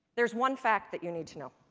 there's one fact that you need to know.